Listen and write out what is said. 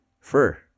fur